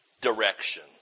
direction